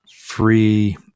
free